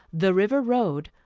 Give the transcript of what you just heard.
the river road,